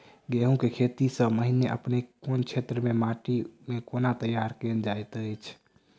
गेंहूँ केँ खेती सँ पहिने अपनेक केँ क्षेत्र मे माटि केँ कोना तैयार काल जाइत अछि?